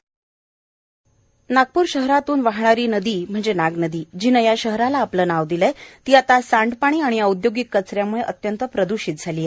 नाग नदी नागपूर शहरातून वाहणारी नदी नाग नदी जिने या शहराला आपले नाव दिले आहे ती आता सांडपाणी आणि औद्योगिक कचऱ्यामुळे अत्यंत प्रदूषित झाली आहे